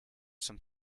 some